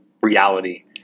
reality